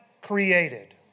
created